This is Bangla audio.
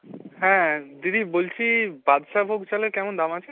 হ্যাঁ দিদি বলছি বাদশাভোগ চালের কেমন দাম আছে